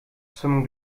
zum